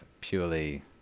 purely